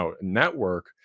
network